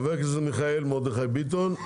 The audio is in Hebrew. וחבר הכנסת מיכאל מרדכי ביטון.